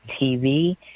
TV